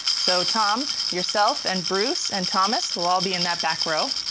so tom, yourself and bruce and thomas will all be in that back row.